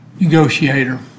Negotiator